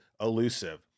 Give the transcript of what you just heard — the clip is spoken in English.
elusive